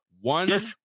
One